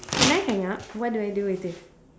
can I hang up what do I do with this